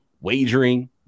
wagering